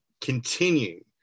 continue